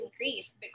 increased